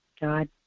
God